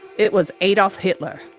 it was adolf hitler.